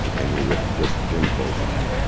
and came to me with just gym clothes on.